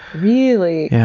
really? yeah